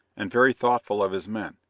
and very thoughtful of his men.